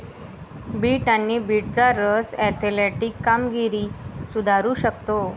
bit आणि बीटचा रस ऍथलेटिक कामगिरी सुधारू शकतो